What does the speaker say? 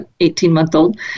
18-month-old